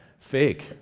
Fake